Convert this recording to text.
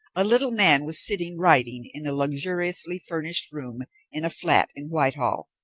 a little man was sitting writing in a luxuriously furnished room in a flat in whitehall.